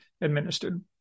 administered